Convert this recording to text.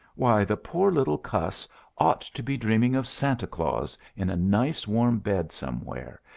why, the poor little cuss ought to be dreaming of santa claus in a nice warm bed somewhere,